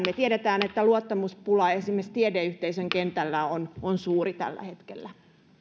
me tiedämme että luottamuspula esimerkiksi tiedeyhteisön kentällä on on suuri tällä hetkellä